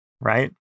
right